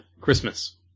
Christmas